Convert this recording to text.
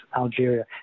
Algeria